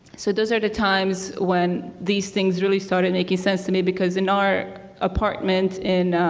so those are the times when these things really started making sense to me. because in our apartments in